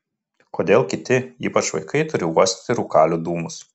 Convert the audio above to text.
kodėl kiti ypač vaikai turi uostyti rūkalių dūmus